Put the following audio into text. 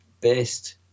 based